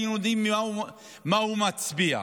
היו יודעים מה הוא מצביע.